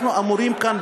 אנחנו אמורים כאן,